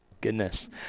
Goodness